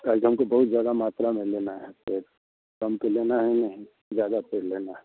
आज हमको बहुत ज़्यादा मात्रा में लेना है तो हमको लेना है ज़्यादा पेड़ लेना है